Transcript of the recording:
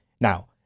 Now